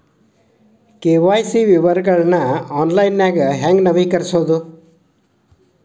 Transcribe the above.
KYC ವಿವರಗಳನ್ನ ಆನ್ಲೈನ್ಯಾಗ ಹೆಂಗ ನವೇಕರಿಸೋದ